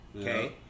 okay